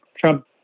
Trump